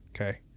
Okay